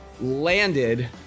Landed